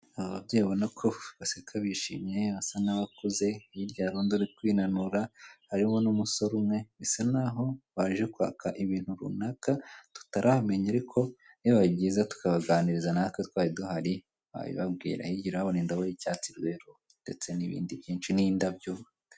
Aba babyeyi babona ko baseka bishimye basa n'abakuze hirya hari undi uri kwinanura harimo n'umusore umwe bisa naho baje kwaka ibintu runaka tutaramenya ariko ni niba byiza tukaganiriza natwe twari duhari wabibabwira yigiraho in ndaho y'icyatsi rero ndetse n'ibindi byinshi n'indabyo.